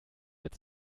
mit